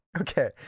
okay